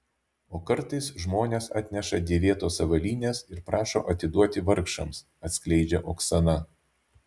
o kartais žmonės atneša dėvėtos avalynės ir prašo atiduoti vargšams atskleidžia oksana